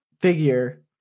figure